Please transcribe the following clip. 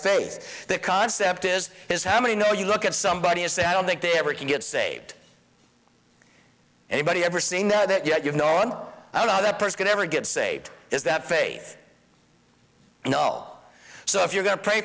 faith that concept is is how many know you look at somebody and say i don't think they ever can get saved anybody ever seen that yet you know and i don't know that person ever gets saved is that faith you know so if you're going to pray